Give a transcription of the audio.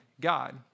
God